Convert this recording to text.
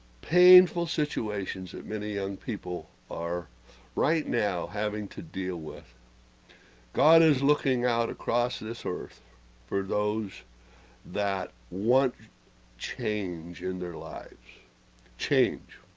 painful situations, that many young people are right now having to deal with god is looking out across this earth for those that want change in their lives change